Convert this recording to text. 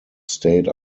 state